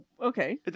okay